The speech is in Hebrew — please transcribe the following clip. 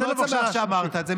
אני מאוד שמח שאמרת את זה,